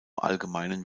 allgemeinen